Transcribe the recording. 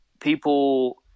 people